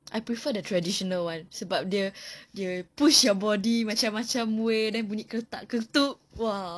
I prefer the traditional one sebab dia dia push your body macam macam way then bunyi ketap-ketup !wah!